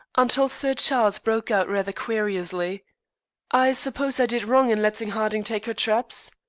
until sir charles broke out rather querulously i suppose i did wrong in letting harding take her traps?